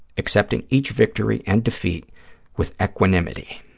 accepting each victory and defeat with equanimity.